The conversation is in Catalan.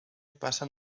passen